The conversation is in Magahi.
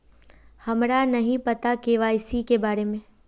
हमरा नहीं पता के.वाई.सी के बारे में?